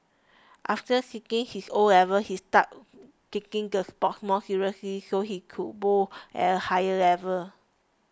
after sitting his O levels he started taking the sport more seriously so he could bowl at a higher level